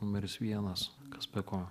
numeris vienas kas be ko